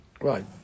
Right